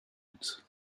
mit